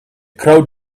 crowd